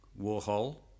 Warhol